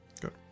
Good